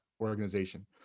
organization